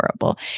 horrible